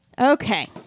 Okay